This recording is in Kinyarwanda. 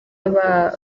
aba